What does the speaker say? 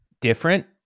Different